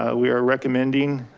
ah we are recommending